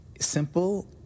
simple